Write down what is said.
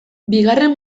bigarren